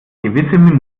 gewisse